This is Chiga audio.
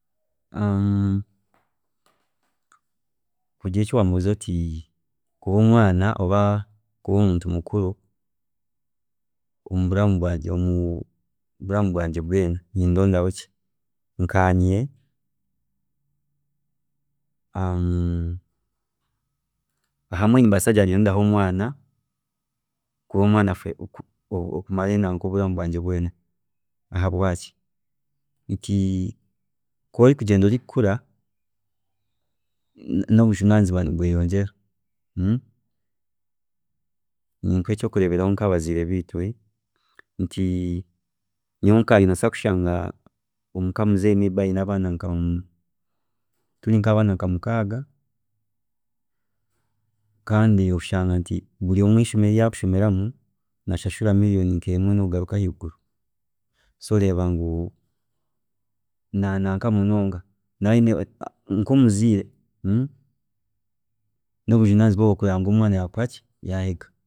kugira ekiwambuuza kugira nti kuba omwaana ninga kuba omuntu mukuru oburamu bwangye bwona nindondaho ki? Nkanye nkanye ahamwe nimbaasa kugira nti nindondaho kuba omwaana oburamu bwangye bwoona, ahabwaaki, nti kworikugyenda ori kukura nobujunaanizibwa nibweyongyera, ninkuha ekyokureeberaho nkahabaziire biitu, nti nyowe nkanye nobaasa kushanga omuka muzeeyi may be ayine abaana nka, turi nkabaana mukaaga kandi oshanga nti buri omwe eishomero ryaari kushomeramu arikushashura million emwe nokugaruka aheiguru, so oreeba ngu nanaanka munonga, nkomuziire nobujunaanizibwa kureeba ngu buri mwaana yakoraki, yayega